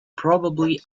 probably